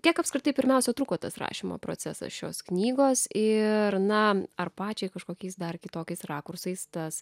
kiek apskritai pirmiausia truko tas rašymo procesas šios knygos ir na ar pačiai kažkokiais dar kitokiais rakursais tas